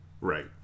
right